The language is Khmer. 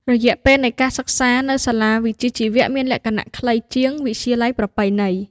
រយៈពេលនៃការសិក្សា នៅសាលាវិជ្ជាជីវៈមានលក្ខណៈខ្លីជាងវិទ្យាល័យប្រពៃណី។